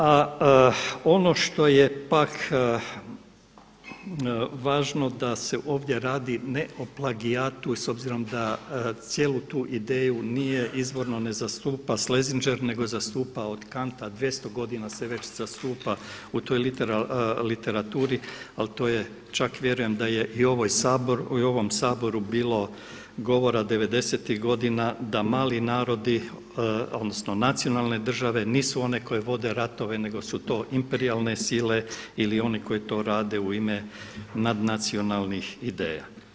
A ono što je pak važno da se ovdje radi ne o plagijatu, s obzirom da cijelu tu ideju nije izvorno ne zastupa Schlesinger nego je zastupa od Kanta 200 godina se već zastupa u toj literaturi ali to je, čak vjerujem da je i ovo Saboru bilo govora 90.tih godina da mali narodi odnosno nacionalne države nisu one koje vode ratove nego su to imperijalne sile ili oni koji to rade u ime nadnacionalnih ideja.